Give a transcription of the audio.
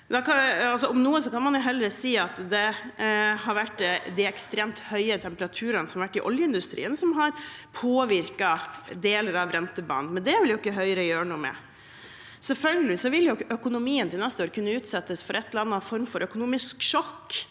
Om noe kan man heller si at det har vært de ekstremt høye temperaturene som har vært i oljeindustrien, som har påvirket deler av rentebanen – men det vil ikke Høyre gjøre noe med. Selvfølgelig vil økonomien til neste år kunne utsettes for en eller annen form for økonomisk sjokk,